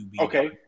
Okay